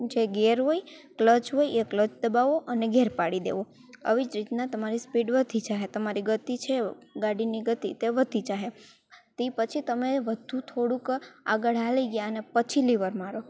જે ગેર હોય ક્લચ હોય એ ક્લચ દબાવવો અને ગેર પાડી દેવો આવી જ રીતના તમારી સ્પીડ વધી જશે તમારી ગતિ છે ગાડીની ગતિ તે વધી જશે તે પછી તમે વધુ થોડુક આગળ ચાલી ગયા અને પછી લીવર મારો